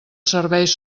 serveis